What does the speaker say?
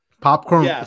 Popcorn